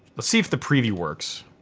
let's see if the preview works.